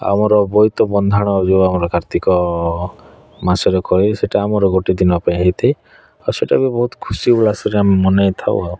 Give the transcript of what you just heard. ଆମର ବୋଇତ ବନ୍ଦାଣ ଯେଉଁ ଆମର କାର୍ତ୍ତିକ ମାସରେ ହୁଏ ସେଠି ଆମର ଗୋଟେ ଦିନ ପାଇଁ ହେଇଥାଏ ଆଉ ସେଇଟା ବି ବହୁ ଖୁସି ଉଲ୍ଲାସରେ ଆମେ ମନେଇ ଥାଉ ଆଉ